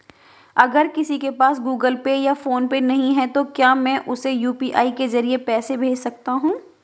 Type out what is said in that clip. अगर किसी के पास गूगल पे या फोनपे नहीं है तो क्या मैं उसे यू.पी.आई के ज़रिए पैसे भेज सकता हूं?